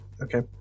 Okay